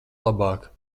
labāk